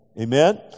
Amen